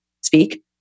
speak